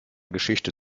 geschichte